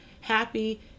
happy